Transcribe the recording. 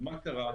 אז מה קרה?